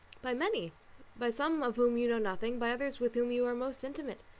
by many by some of whom you know nothing, by others with whom you are most intimate,